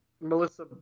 Melissa